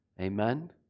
Amen